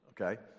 okay